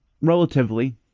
relatively